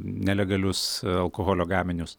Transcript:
nelegalius alkoholio gaminius